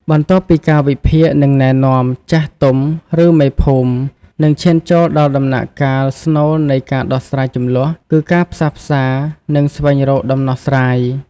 បន្ទាប់ពីការវិភាគ និងណែនាំ ចាស់ទុំ ឬមេភូមិ នឹងឈានចូលដល់ដំណាក់កាលស្នូលនៃការដោះស្រាយជម្លោះ គឺការផ្សះផ្សា និងស្វែងរកដំណោះស្រាយ។